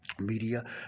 media